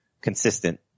consistent